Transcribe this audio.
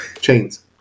chains